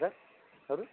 hello చెప్పండి sir ఎవరు